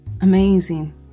amazing